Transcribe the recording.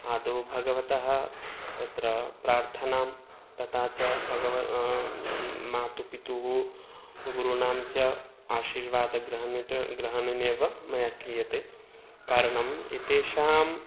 आदौ भगवतः तत्र प्रार्थनां तथा च भग मातुपितुः गुरुणां च आशीर्वादग्रहणेन मया क्रियते कारणम् एतेषां